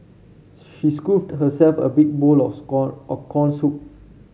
she scooped herself a big bowl of score of corn soup